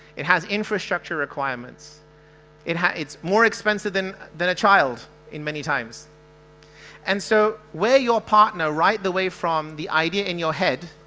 it has infrastructure requirements it has it's more expensive than than a child in many times and so we're your partner right the way from the idea in your head